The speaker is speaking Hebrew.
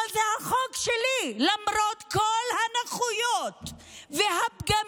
אבל זה החוק שלי למרות כל הנכויות והפגמים.